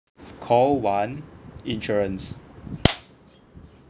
call one insurance